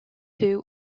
two